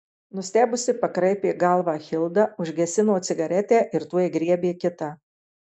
nustebusi pakraipė galvą hilda užgesino cigaretę ir tuoj griebė kitą